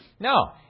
No